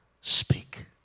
speak